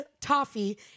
toffee